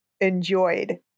enjoyed